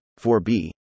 4B